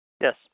Yes